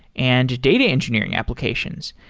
and data engineering applications,